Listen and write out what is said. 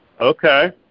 Okay